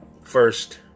first